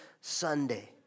Sunday